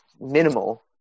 minimal